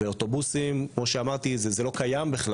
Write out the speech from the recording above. ואוטובוסים - כפי שאמרתי - לא קיימים.